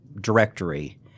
directory